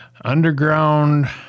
Underground